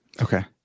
Okay